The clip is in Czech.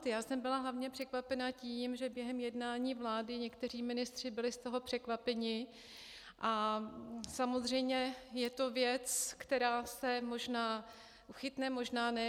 Já jsem byla hlavně překvapena tím, že během jednání vlády někteří ministři byli z toho překvapeni, a samozřejmě je to věc, která se možná chytne, možná ne.